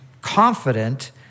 Confident